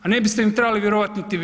A ne biste im trebali vjerovati niti vi.